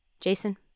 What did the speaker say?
Jason